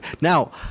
Now